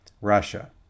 Russia